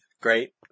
great